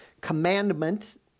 Commandment